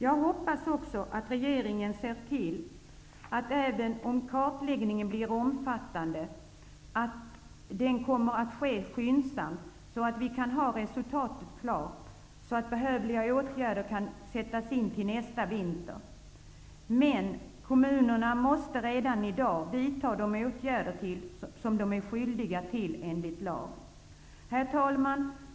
Jag hoppas också att regeringen ser till att kartläggningen kommer att ske skyndsamt, även om den blir omfattande, så att resultatet är klart och behövliga åtgärder kan sättas in till nästa vinter. Men kommunerna måste redan i dag vidta de åtgärder som de är skyldiga att vidta enligt lag. Herr talman!